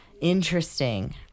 Interesting